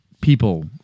people